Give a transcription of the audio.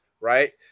right